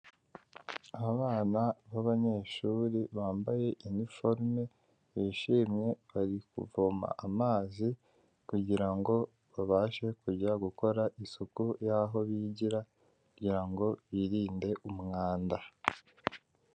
Abana b'abanyeshuri bambaye iniforume bishimye bari kuvoma amazi kugira ngo babashe kujya gukora isuku y'aho bigira kugira ngo birinde umwanda.